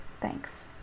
Thanks